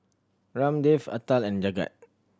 Ramdev Atal and Jagat